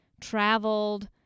traveled